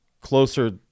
closer